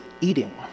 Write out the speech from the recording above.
eating